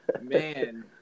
man